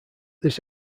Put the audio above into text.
this